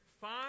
five